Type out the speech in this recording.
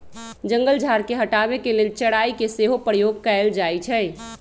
जंगल झार के हटाबे के लेल चराई के सेहो प्रयोग कएल जाइ छइ